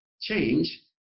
change